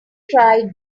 try